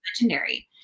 legendary